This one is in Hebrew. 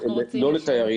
לא,